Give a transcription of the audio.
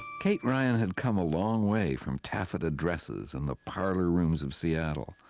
kate ryan had come a long way from taffeta dresses and the parlour rooms of seattle.